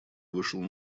вышел